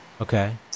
Okay